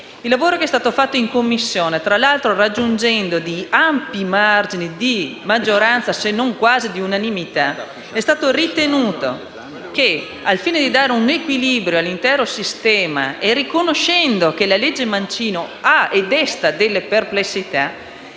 il lavoro che è stato fatto in Commissione, peraltro raggiungendo ampi margini di maggioranza se non quasi di unanimità, al fine di dare un equilibrio all'intero sistema e riconoscendo che la legge Mancino desta talune perplessità,